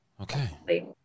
Okay